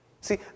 See